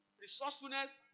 Resourcefulness